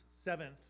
seventh